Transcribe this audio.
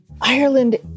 Ireland